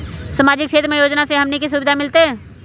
सामाजिक क्षेत्र के योजना से हमनी के की सुविधा मिलतै?